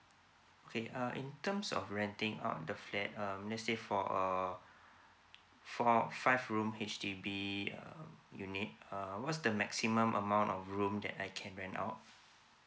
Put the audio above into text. okay uh in terms of renting out the flat um let say for err four five room H_D_B uh unit uh what's the maximum amount of room that I can rent out